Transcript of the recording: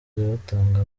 batanga